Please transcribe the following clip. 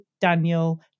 Daniel